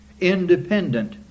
independent